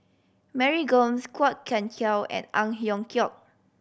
Mary Gomes Kwok Kian Chow and Ang Hiong Chiok